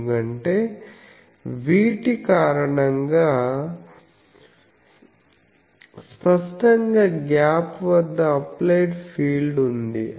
ఎందుకంటే వీటి కారణంగా స్పష్టంగా గ్యాప్ వద్ద అప్లైడ్ ఫీల్డ్ ఉంది